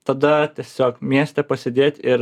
tada tiesiog mieste pasėdėt ir